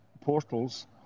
portals